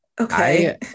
Okay